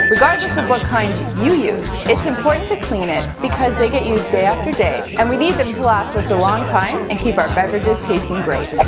regardless of what but kind you use, it's important to clean it because they get used day after day, and we need them to last us a long time and keep our beverages tasting great.